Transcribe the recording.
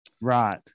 Right